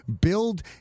Build